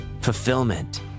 fulfillment